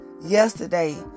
yesterday